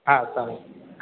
હા સારું